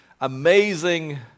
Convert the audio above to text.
amazing